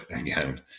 again